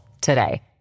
today